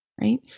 right